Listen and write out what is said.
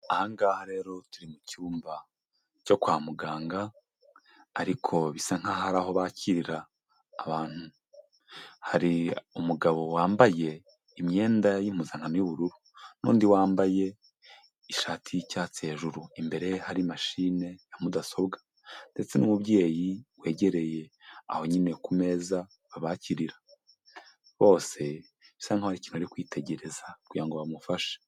Aha ngaha rero turi mu cyumba cyo kwa muganga, ariko bisa nk'aho ari aho bakirira abantu. Hari umugabo wambaye imyenda y'impuzankano y'ubururu n'undi wambaye ishati y'icyatsi hejuru, imbere ye hari mashine ya mudasobwa ndetse n'umubyeyi wegereye aho nyine ku meza babakirira, bose bisa nk'aho hari ikintu bari kwitegereza kugira ngo bamufashe.